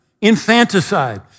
Infanticide